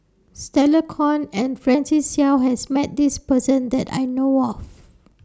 Stella Kon and Francis Seow has Met This Person that I know of